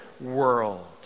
world